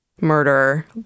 murder